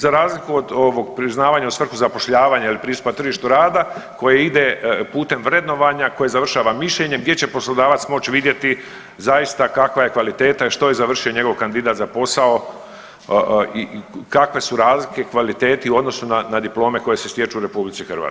Za razliku od ovog priznavanja u svrhu zapošljavanja ili pristupa tržištu rada koje ide putem vrednovanja koje završava mišljenjem gdje će poslodavac moći vidjeti zaista kakav je kvaliteta i što je završio njegov kandidat za posao i kakve su razlike u kvaliteti u odnosu na diplome koje se stječu u RH.